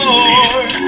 Lord